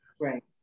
Right